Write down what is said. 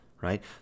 right